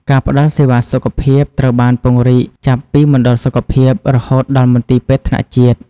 ការផ្តល់សេវាសុខភាពត្រូវបានពង្រីកចាប់ពីមណ្ឌលសុខភាពរហូតដល់មន្ទីរពេទ្យថ្នាក់ជាតិ។